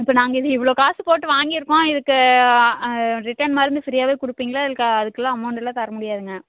இப்போ நாங்கள் இது இவ்வளோ காசு போட்டு வாங்கியிருக்கோம் இதுக்கு ரிட்டன் மருந்து ஃப்ரியாகவே கொடுப்பிங்களா இல்லை கா அதுக்கெலாம் அமௌண்ட் எல்லாம் தர முடியாதுங்க